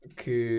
que